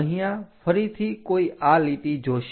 અહીંયા ફરીથી કોઈ આ લીટી જોશે